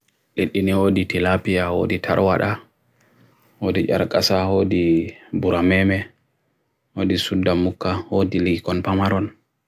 Neɓbi ɓe saareji kala a waawna.